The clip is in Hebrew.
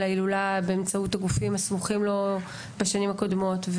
ההילולה באמצעות גופים הסמוכים לו בשנים הקודמות,